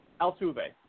Altuve